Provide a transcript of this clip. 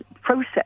process